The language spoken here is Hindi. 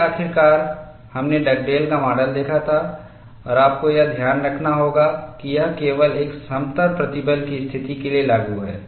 फिर आखिरकार हमने डगडेल का माडल देखा था और आपको यह ध्यान रखना होगा कि यह केवल एक समतल प्रतिबल की स्थिति के लिए लागू है